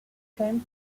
came